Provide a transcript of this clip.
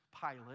Pilate